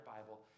Bible